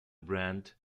brand